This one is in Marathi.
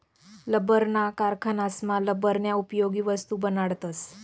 लब्बरना कारखानासमा लब्बरन्या उपयोगी वस्तू बनाडतस